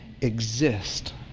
exist